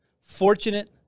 fortunate